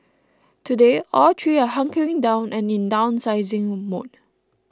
today all three are hunkering down and in downsizing mode